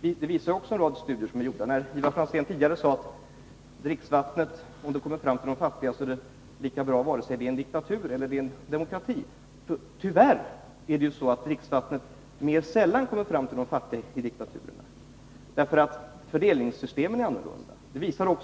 till godo. Det visar en rad studier. Ivar Franzén sade tidigare att dricksvattnet, om detta når fram till de fattiga, är lika bra oavsett om det är en diktatur eller en demokrati. Tyvärr är det så i diktaturerna att dricksvattnet mera sällan når fram till de fattiga, därför att fördelningssystemen i diktaturerna är annorlunda.